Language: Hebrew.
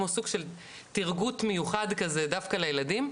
כמו סוג של 'טרגוט' מיוחד כזה דווקא לילדים.